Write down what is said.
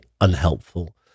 unhelpful